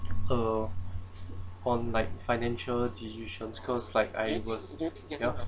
uh on like financial decisions cause like I was ya